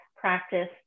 practice